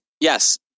Yes